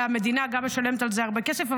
והמדינה גם משלמת על זה הרבה כסף.